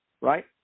right